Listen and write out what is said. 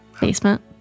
basement